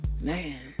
Man